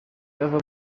bava